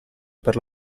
per